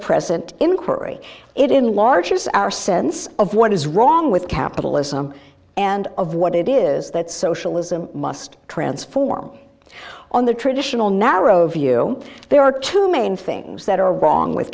present inquiry it enlarges our sense of what is wrong with capitalism and of what it is that socialism must transform on the traditional narrow view there are two main things that are wrong with